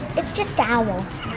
it's just owls.